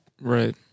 Right